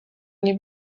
nie